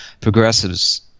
progressives